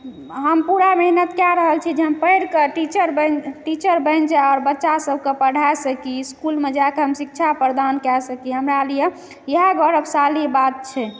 हम पूरा मेहनत कए रहल छी जे हम पढ़िके टीचर टीचर बनि जाइ आओर बच्चा सभके पढ़ा सकी इसकुलमे हम जाकऽ शिक्षा प्रदान कए सकी हमरा लिए इएह गौरवशाली बात छै